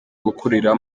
gukurira